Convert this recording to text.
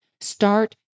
start